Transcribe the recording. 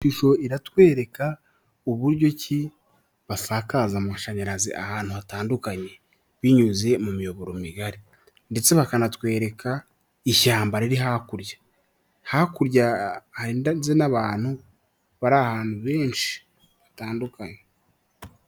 Ishusho iratwereka uburyo ki basakaza amashanyarazi ahantu hatandukanye binyuze mu miyoboro migari, ndetse bakanatwereka ishyamba riri hakurya. Hakurya hari n'abantu bari ahantu heshi hatandukanye.